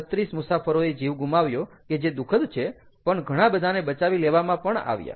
36 મુસાફરોએ જીવ ગુમાવ્યો કે જે દુઃખદ છે પણ ઘણા બધાને બચાવી લેવામાં પણ આવ્યા